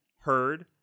heard